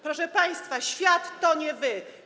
Proszę państwa, świat to nie wy.